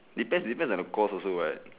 depend depend on the course also [what]